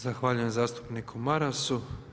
Zahvaljujem zastupniku Marasu.